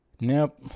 Nope